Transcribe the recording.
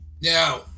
Now